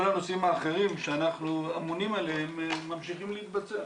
כל הנושאים האחרים שאנחנו אמונים עליהם ממשיכים להתבצע.